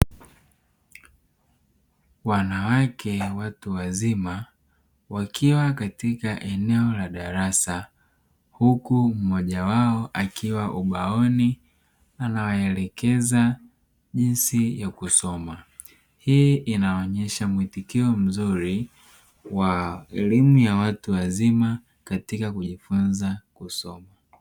Wanawake watu wazima wakiwa katika eneo la darasa, huku mmoja wao akiwa ubaoni anawaelekeza jinsi ya kusoma, hii inaonesha muitikio mzuri wa elimu ya watu wazima katika kujifunza kusoma.